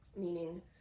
meaning